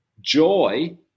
joy